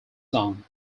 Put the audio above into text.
song